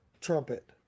trumpet